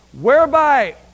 Whereby